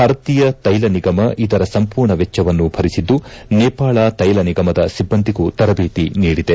ಭಾರತೀಯ ತೈಲ ನಿಗಮ ಇದರ ಸಂಪೂರ್ಣ ವೆಚ್ಚವನ್ನು ಭರಿಸಿದ್ದು ನೇಪಾಳ ತೈಲ ನಿಗಮದ ಸಿಬ್ಬಂದಿಗೂ ತರಬೇತಿ ನೀಡಿದೆ